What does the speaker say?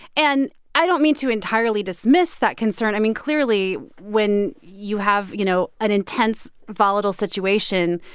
and i don't mean to entirely dismiss that concern. i mean, clearly, when you have, you know, an intense volatile situation,